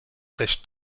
recht